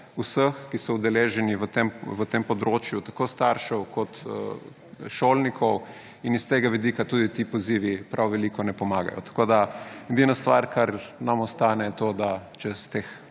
vseh, ki so udeleženi na tem področju, tako staršev kot šolnikov. In iz tega vidika tudi ti pozivi prav veliko ne pomagajo. Edina stvar, kar nam ostane, je to, da čez teh